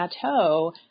chateau